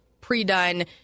pre-done